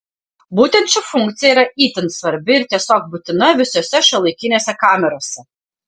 būtent ši funkcija yra itin svarbi ir tiesiog būtina visose šiuolaikinėse kamerose